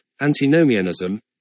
antinomianism